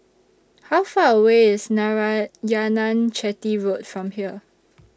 How Far away IS Narayanan Chetty Road from here